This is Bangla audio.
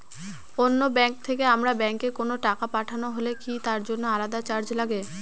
অন্য ব্যাংক থেকে আমার ব্যাংকে কোনো টাকা পাঠানো হলে কি তার জন্য আলাদা চার্জ লাগে?